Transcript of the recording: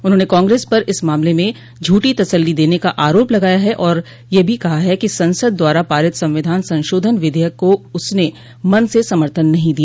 उन्होंने कांग्रेस पर इस मामले में झूठी तसल्ली देने का आरोप लगाया और यह भी कहा कि संसद द्वारा पारित संविधान संशोधन विधेयक को उसने मन से समर्थन नहीं दिया